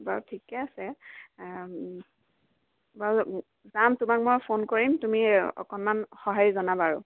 বাৰু ঠিকে আছে বাৰু যাম তোমাক মই ফোন কৰিম তুমি অকণমান সঁহাৰি জনাবা আৰু